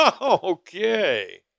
Okay